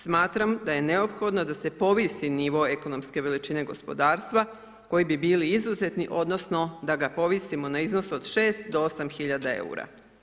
Smatram da je neophodno da se povisi nivo ekonomske veličine gospodarstva koji bi bili izuzetni, odnosno da ga povisimo na iznos od 6-8 tisuća eura.